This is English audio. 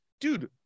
dude